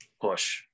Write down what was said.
push